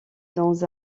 dans